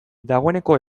dagoeneko